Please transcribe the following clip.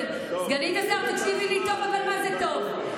סגנית השר, תקשיבי לי טוב, אבל מה זה טוב.